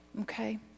okay